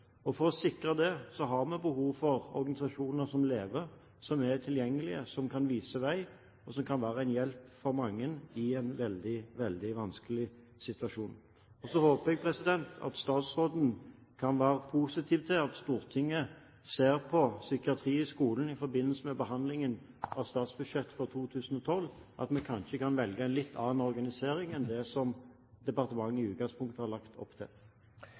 For å sikre det har vi behov for organisasjoner som LEVE, som er tilgjengelige, som kan vise vei, og som kan være en hjelp for mange i en veldig, veldig vanskelig situasjon. Så håper jeg at statsråden kan være positiv til at Stortinget ser på psykiatri i skolen i forbindelse med behandlingen av statsbudsjettet for 2012 – at vi kanskje kan velge en litt annen organisering enn det som departementet i utgangspunktet har lagt opp til.